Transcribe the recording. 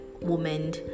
woman